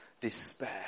despair